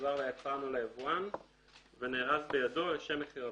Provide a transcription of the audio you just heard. הוחזר ליצרן או ליבואן ונארז בידו לשם מכירתו.